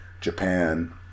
Japan